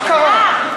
מה קרה?